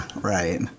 Right